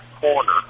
corner